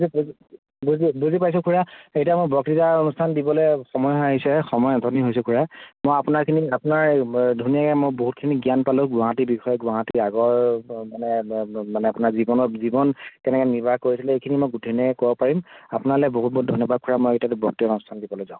বুজি বুজি বুজি পাইছোঁ খুড়া এতিয়া মই বক্তৃতা অনুষ্ঠান দিবলৈ সময় হৈ আহিছে সময়ৰ নাটনি হৈছে খুড়া মই আপোনাৰখিনি আপোনাৰ ধুনীয়াকৈ মোক বহুতখিনি জ্ঞান পালোঁ গুৱাহাটীৰ বিষয়ে গুৱাহাটী আগৰ মানে মানে আপোনাৰ জীৱন কেনেকৈ নিবাস কৰিছিলে এইখিনি মই গোটেইখিনিয়ে ক'ব পাৰিম আপোনালৈ বহুত বহুত ধন্যবাদ খুড়া মই এতিয়া বক্তৃতা অনুষ্ঠান দিবলৈ যাওঁ